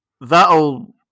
That'll